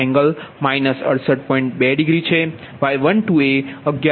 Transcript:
2 degree છે Y12 એ 11